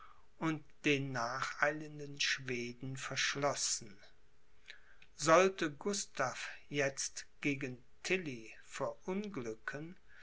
und den nacheilenden schweden verschlossen sollte gustav jetzt gegen tilly verunglücken